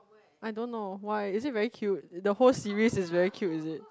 I don't know why is it very cute the whole series is very cute is it